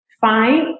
fine